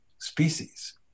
species